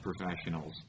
professionals